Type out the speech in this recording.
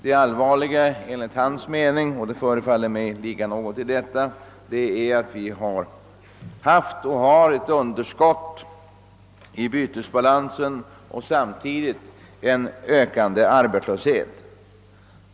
Det allvarliga är enligt hans mening — och jag tror att det ligger åtskilligt i detta — att vi haft och har ett underskott i bytesbalansen och samtidigt en ökande arbetslöshet.